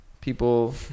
people